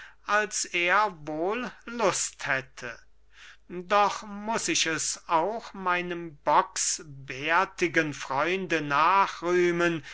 als er wohl lust hätte doch muß ich es auch meinem bocksbärtigen freunde nachrühmen